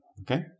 Okay